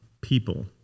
people